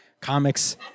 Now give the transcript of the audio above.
comics